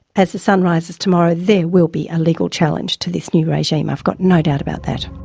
as the sun rises tomorrow there will be a legal challenge to this new regime, i've got no doubt about that.